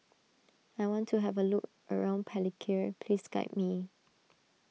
I want to have a look around Palikir please guide me